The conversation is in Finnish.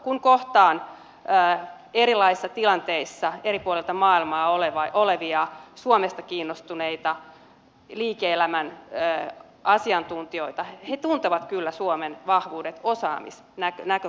kun kohtaan erilaisissa tilanteissa eri puolilta maailmaa olevia suomesta kiinnostuneita liike elämän asiantuntijoita he tuntevat kyllä suomen vahvuudet osaamisnäkökulmasta